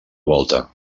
volta